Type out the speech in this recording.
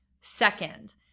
Second